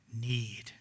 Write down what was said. need